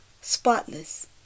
spotless